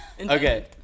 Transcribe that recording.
Okay